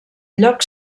lloc